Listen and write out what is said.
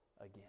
again